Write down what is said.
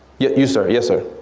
yeah you sir, yes sir?